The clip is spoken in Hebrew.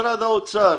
משרד האוצר